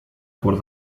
por